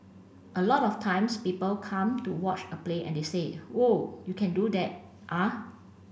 a lot of times people come to watch a play and they say whoa you can do that ah